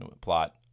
plot